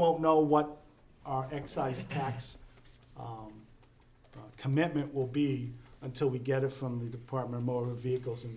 won't know what our excise tax commitment will be until we get a from the department motor vehicles in